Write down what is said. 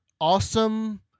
awesome